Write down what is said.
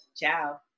Ciao